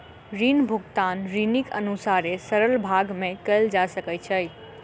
ऋण भुगतान ऋणीक अनुसारे सरल भाग में कयल जा सकै छै